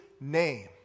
name